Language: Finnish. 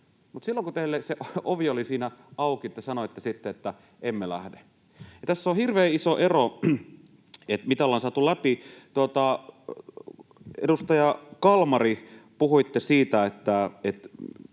silloin, kun teille se ovi oli siinä auki, te sanoitte, että emme lähde. Tässä on hirveän iso ero, mitä ollaan saatu läpi. Edustaja Kalmari, puhuitte siitä,